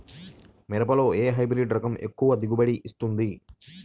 మిరపలో ఏ హైబ్రిడ్ రకం ఎక్కువ దిగుబడిని ఇస్తుంది?